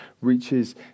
reaches